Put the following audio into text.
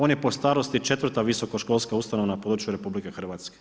On je po starosti 4 visoka školska ustanova na području RH.